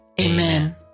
Amen